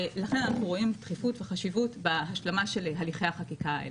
לכן אנחנו רואים דחיפות וחשיבות בהשלמה של הליכי החקיקה האלה.